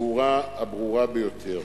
בצורה הברורה ביותר.